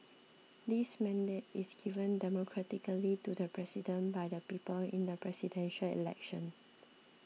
this mandate is given democratically to the president by the people in the Presidential Election